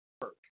work